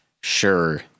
Sure